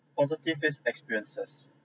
positive experiences